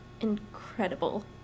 incredible